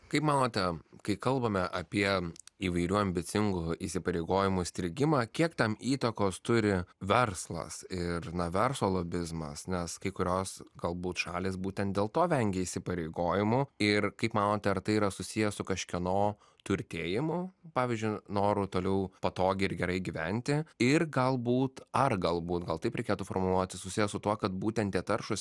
kaip manote kai kalbame apie įvairių ambicingų įsipareigojimų strigimą kiek tam įtakos turi verslas ir na verslo lobizmas nes kai kurios galbūt šalys būtent dėl to vengia įsipareigojimų ir kaip manote ar tai yra susiję su kažkieno turtėjimu pavyzdžiui noru toliau patogiai ir gerai gyventi ir galbūt ar galbūt gal taip reikėtų formuluoti susiję su tuo kad būtent tie taršūs